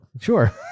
Sure